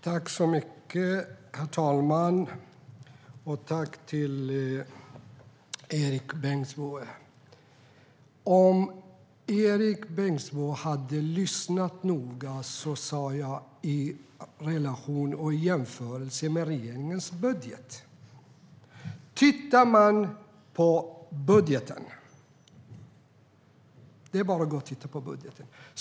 Herr talman! Tack till Erik Bengtzboe! Om Erik Bengtzboe hade lyssnat noga hade han hört att jag sa att det var i relation till och i jämförelse med regeringens budget. Det är bara att gå och titta på budgeten.